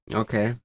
okay